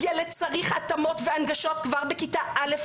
ילד צריך התאמות והנגשות כבר בכיתה א',